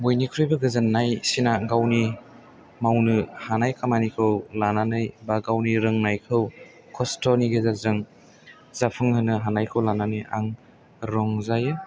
बयनिख्रुइबो गोजोननाय सिना गावनि मावनो हानाय खामानिखौ लानानै बा गावनि रोंनायखौ खस्थ'नि गेजेरजों जाफुंहोनो हानायखौ लानानै आं रंजायो